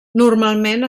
normalment